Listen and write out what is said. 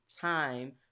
time